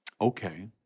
Okay